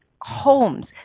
homes